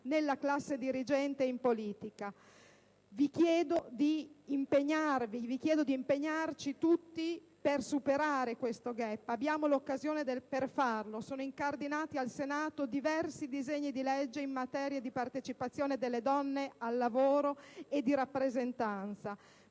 nella classe dirigente e in politica. Vi chiedo di impegnarci tutti per superare questo *gap*. Abbiamo l'occasione per farlo, in quanto sono incardinati al Senato diversi disegni di legge in materia di partecipazione delle donne al lavoro e di rappresentanza.